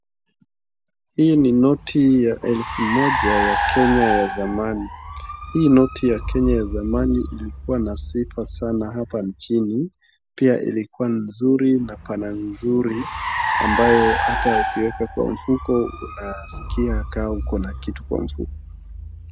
Hii ni noti ya elfu moja ya kenya ya zamani, hii noti ya Kenya ya zamani ilikuwa na sifa sana, hapa nchini, pia ilikua nzuri na colour nzuri ambayo ata ukiweka kwa mfuko unaskia kama uko na kitu kwa mfuko.